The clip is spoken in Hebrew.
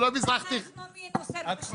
לא מה שאני אומרת,